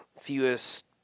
fewest